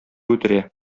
үтерә